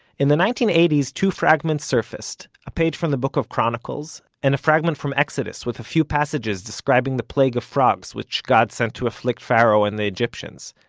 in the nineteen eighty s two fragments surfaced a page from the book of chronicles, and a fragment from exodus with a few passages describing the plague of frogs which god sent to afflict pharaoh and the egyptians.